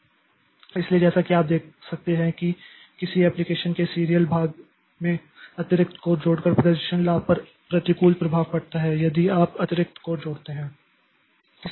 इसलिए जैसा कि आप देख सकते हैं कि किसी एप्लिकेशन के सीरियल भाग में अतिरिक्त कोर जोड़कर प्रदर्शन लाभ पर प्रतिकूल प्रभाव पड़ता है यदि आप अतिरिक्त कोर जोड़ते हैं